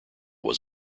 was